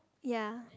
ya